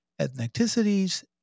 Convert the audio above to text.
ethnicities